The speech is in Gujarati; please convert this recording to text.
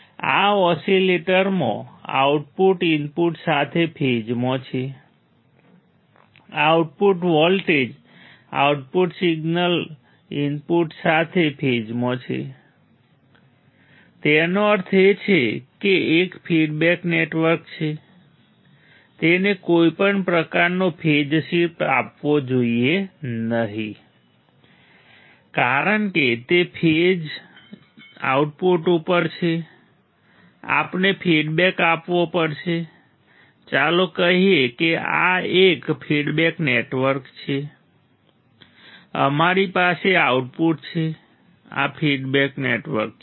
આ ઓસિલેટરમાં આઉટપુટ ઇનપુટ સાથે ફેઝમાં છે output voltage output signal input સાથે ફેઝમાં છે તેનો અર્થ એ છે કે એક ફીડબેક નેટવર્ક છે તેને કોઈપણ પ્રકારનો ફેઝ શિફ્ટ આપવો જોઈએ નહીં કારણ કે તે જ ફેઝ આઉટપુટ ઉપર છે અમારે ફીડબેક આપવો પડશે ચાલો કહીએ કે આ એક ફીડબેક નેટવર્ક છે અમારી પાસે આઉટપુટ છે આ ફીડબેક નેટવર્ક છે